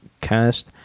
cast